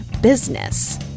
business